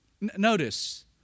Notice